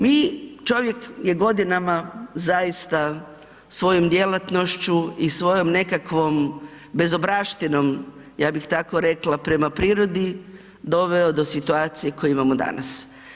Mi, čovjek je godinama zaista svojom djelatnošću i svojom nekakvom bezobraštinom, ja bih tako rekla, prema prirodi, doveo do situacije koju imamo danas.